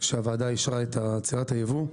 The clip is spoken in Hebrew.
שהוועדה אישרה את עצירת היבוא,